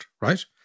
right